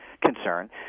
concern